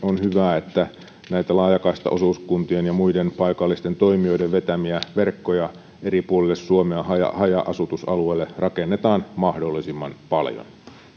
hyvä että näitä laajakaistaosuuskuntien ja muiden paikallisten toimijoiden vetämiä verkkoja eri puolille suomea haja haja asutusalueille rakennetaan mahdollisimman paljon